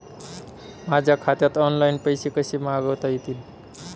माझ्या खात्यात ऑनलाइन पैसे कसे मागवता येतील?